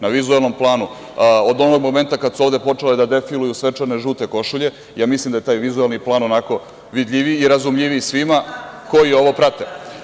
Na vizuelnom planu od onog momenta kada su ovde počele da defiluju svečane žute košulje, ja mislim da je taj vizuelni plan onako vidljiviji i razumljiviji svima koji ovo prate.